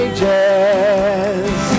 Ages